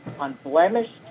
unblemished